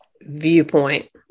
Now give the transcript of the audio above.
viewpoint